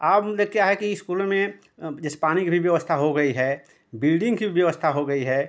अब मतलब क्या है कि इस्कूलों में अब जैसे पानी की भी व्यवस्था हो गई है बिल्डिंग की व्यवस्था हो गई है